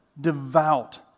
devout